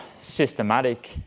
systematic